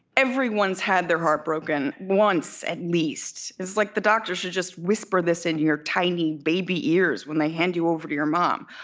everyone's had their heart broken once, at least. this is like, the doctor should just whisper this in your tiny baby ears when they hand you over to your mom.